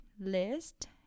list